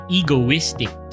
egoistic